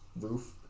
roof